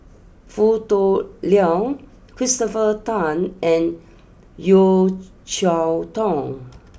Foo Tui Liew Christopher Tan and Yeo Cheow Tong